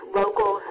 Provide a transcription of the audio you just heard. local